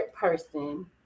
person